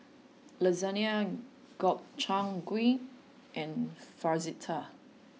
Lasagne Gobchang Gui and Fajitas